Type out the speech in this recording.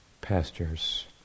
pastures